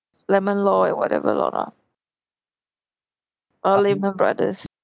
lemon law and whatever law lah orh lehman brothers